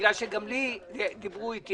בגלל שגם דיברו איתי,